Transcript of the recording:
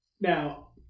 Now